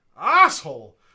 asshole